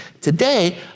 Today